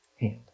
hand